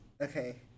Okay